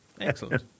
excellent